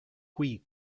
qui